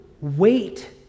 wait